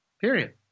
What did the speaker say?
period